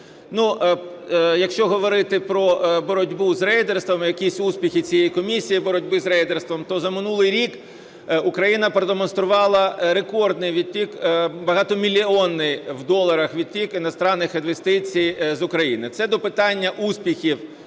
Якщо говорити про боротьбу з рейдерством, якісь успіхи цієї комісії боротьби з рейдерством, то за минулий рік Україна продемонструвала рекордний відтік, багатомільйонний в доларах відтік іноземних інвестицій з України. Це до питання успіхів